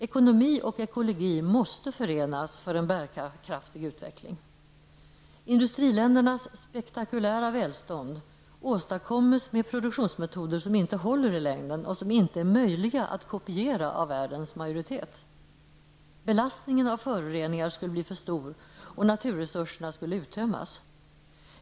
Ekonomi och ekologi måste förenas för en bärkraftig utveckling. Industriländernas spektakulära välstånd åstadkoms med produktionsmetoder som inte håller i längden och som inte är möjliga att kopiera för en majoritet av världens länder. Belastningen av föroreningar skulle bli för stor och naturresurserna skulle uttömmas.